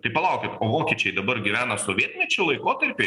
tai palaukit o vokiečiai dabar gyvena sovietmečio laikotarpy